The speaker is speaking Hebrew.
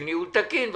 של ניהול תקין וכולי.